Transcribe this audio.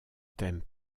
thème